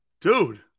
Dude